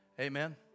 Amen